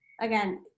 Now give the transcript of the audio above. again